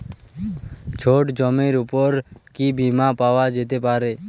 ছোট জমির উপর কি বীমা পাওয়া যেতে পারে?